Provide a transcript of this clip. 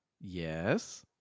Yes